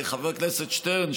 חבר הכנסת שטרן,